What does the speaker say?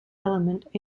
element